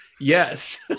yes